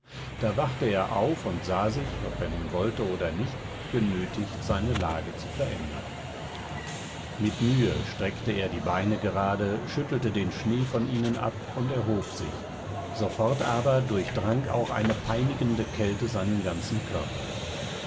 da wachte er auf und sah sich ob er nun wollte oder nicht genötigt seine lage zu verändern mit mühe streckte er die beine gerade schüttelte den schnee von ihnen ab und erhob sich sofort aber durchdrang auch eine peinigende kälte seinen ganzen körper